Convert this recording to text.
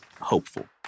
hopeful